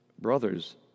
brothers